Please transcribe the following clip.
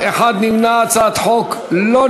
העברת מבנה של מוסד חינוך מפיקוח ממלכתי למוכר שאינו רשמי),